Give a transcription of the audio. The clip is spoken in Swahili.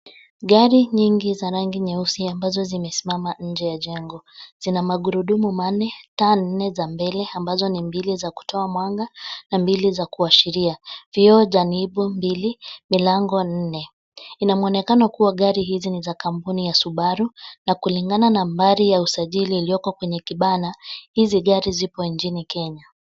Gari nyingi za rangi nyeusi ambazo zimesimama nje ya jengo zina magurudumu manne, taa nne za mbele ambazo niza kutoa mwanga na mbili za kuashiria. Vyoo dhanibu mbili, milango nne. Ina mwonekana kwamba gari hizi ni za kampuni ya subaru na kulingana na nambari ya kusajiri iliyoko kwenye kibana hizi gari zipo nchini kenya.